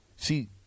See